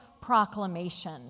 proclamation